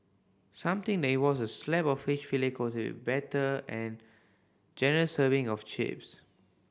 something that involves a slab of fish fillet coated with batter and generous serving of chips